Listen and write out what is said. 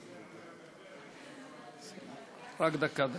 רק דקה.